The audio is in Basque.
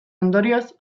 ondorioz